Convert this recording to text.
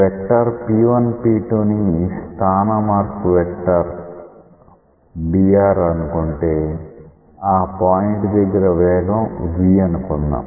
vector P1P2 ని స్థాన మార్పు వెక్టార్ dr అనుకుంటే ఆ పాయింట్ దగ్గర వేగం V అనుకుందాం